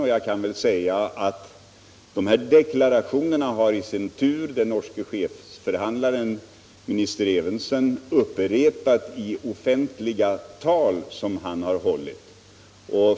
Dessa deklarationer har den norske chefsförhandlaren, minister Evensen, upprepat i offentliga tal som han hållit.